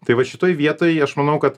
tai va šitoj vietoj aš manau kad